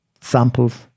samples